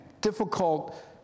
difficult